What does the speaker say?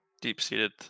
deep-seated